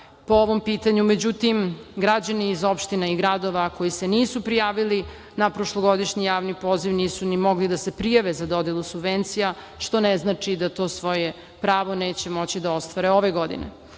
po ovom pitanju, međutim građani iz opština i gradova koji se nisu prijavili na prošlogodišnji javni poziv nisu ni mogli da se prijave za dodelu subvencija, što ne znači da to svoje pravo neće moći da ostvare ove godine. Novca